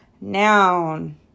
Noun